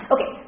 Okay